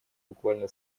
буквально